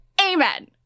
Amen